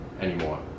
anymore